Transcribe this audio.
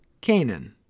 Canaan